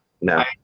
No